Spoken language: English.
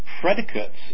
predicates